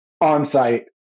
on-site